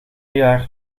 jaar